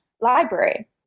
library